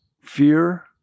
Fear